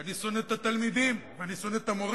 אני שונא את התלמידים, ואני שונא את המורים,